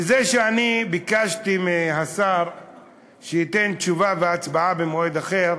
בזה שביקשתי מהשר שייתן תשובה ותהיה הצבעה במועד אחר,